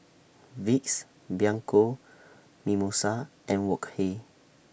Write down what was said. Vicks Bianco Mimosa and Wok Hey